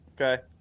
Okay